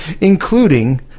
including